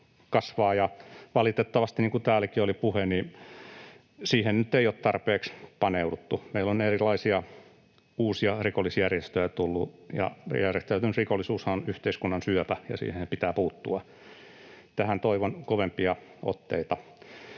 kasvaa, ja valitettavasti — niin kuin täälläkin oli puhe — siihen nyt ei ole tarpeeksi paneuduttu. Meillä on erilaisia uusia rikollisjärjestöjä tullut, ja järjestäytynyt rikollisuushan on yhteiskunnan syöpä, ja siihen pitää puuttua. Tähän toivon kovempia otteita.